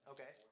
Okay